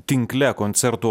tinkle koncertų